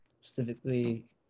specifically